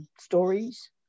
stories